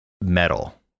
metal